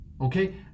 Okay